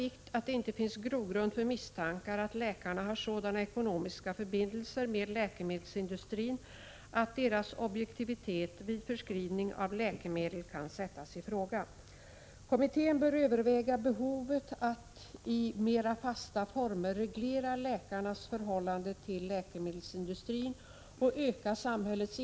Detta är ett helt nytt inslag i privatiseringen inom vården. Hittills har vi varit förskonade från att som patienter behöva misstänka att läkaren som förskriver läkemedel har ett vinstintresse, direkt kopplat till läkemedlet. I direktiven till 1983 års läkemedelsutredning anför föredragande statsråd: ”Det är nödvändigt att allmänheten känner förtroende för att läkarna inte låter sig otillbörligt påverkas av läkemedelstillverkarna vid valet av läkemedel.